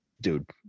Dude